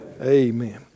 Amen